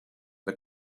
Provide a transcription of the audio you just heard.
but